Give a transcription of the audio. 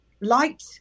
light